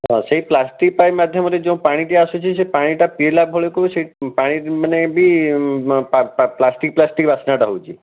ସେଇ plastic pipe ମାଧ୍ୟମରେ ଯେଉଁ ପାଣିଟି ଆସୁଛି ସେଇ ପାଣିଟା ପିଇଲାବେଳକୁ ସେ ପାଣି ମାନେ ବି ପ୍ଲାଷ୍ଟିକ୍ ପ୍ଲାଷ୍ଟିକ୍ ବାସ୍ନାଟା ହେଉଛି